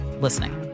listening